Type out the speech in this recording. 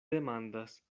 demandas